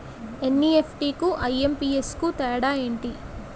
NEFT కు IMPS కు తేడా ఎంటి?